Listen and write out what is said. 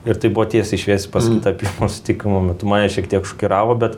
ir tai buvo tiesiai šviesiai pasakyta pirmo susitikimo metu mane šiek tiek šokiravo bet